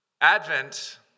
Advent